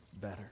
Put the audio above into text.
better